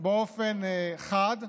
באופן חד.